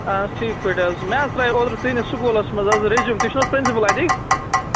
اَہَن حظ ٹھیٖک پٲٹھۍ اَہَن حظ مےٚ حظ ترٛایوٚو اوترٕ تُہٕنٛدِس سکوٗلَس مَنٛز حظ ریٚزیوٗم تُہۍ چھِو نا پرٛنسپُل اَتِکۍ